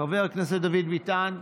חבר הכנסת דוד ביטן,